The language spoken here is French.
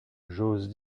j’ose